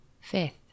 Fifth